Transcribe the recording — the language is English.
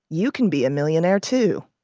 you can be a millionaire, too.